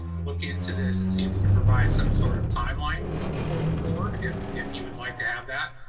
look into this, and see if we can provide some sort of timeline for the board, if if you would like to have that.